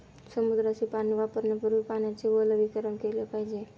समुद्राचे पाणी वापरण्यापूर्वी पाण्याचे विलवणीकरण केले जाते